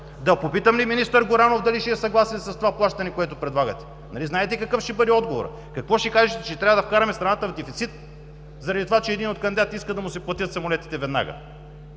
Да попитам ли министър Горанов дали ще е съгласен с това плащане, което предлагате? Нали знаете какъв ще бъде отговорът? Какво ще кажете, че трябва да вкараме страната в дефицит заради това, че един от кандидатите иска да му се платят самолетите веднага?